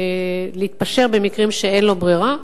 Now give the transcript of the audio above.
ולהתפשר במקרים שאין לו ברירה.